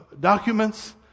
documents